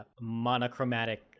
monochromatic